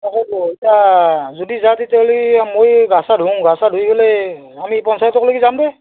তাকেতো ইতা যদি যাওঁ তেতিয়াহ'লে মই এই গা চা ধুওঁ গা চা ধুই পেলাই আমি পঞ্চায়তক লেগি যাম দে